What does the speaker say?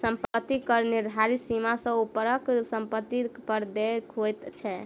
सम्पत्ति कर निर्धारित सीमा सॅ ऊपरक सम्पत्ति पर देय होइत छै